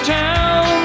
town